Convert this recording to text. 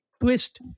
twist